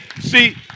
see